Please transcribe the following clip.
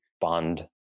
bond